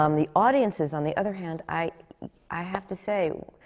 um the audiences, on the other hand, i i have to say,